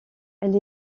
elle